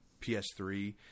PS3